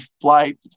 flight